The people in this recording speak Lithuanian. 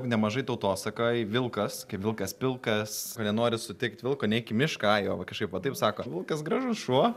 nemažai tautosakaj vilkas vilkas pilkas nenori sutikt vilko neik į mišką jo va kažkaip vat taip sako vilkas gražus šuo